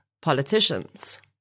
politicians